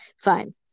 fine